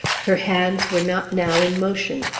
her hands were not now in motion.